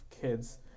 kids